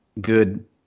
good